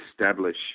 establish